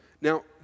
Now